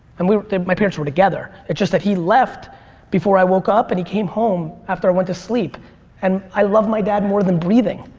and my parents were together it's just that he left before i woke up and he came home after i went to sleep and i love my dad more than breathing.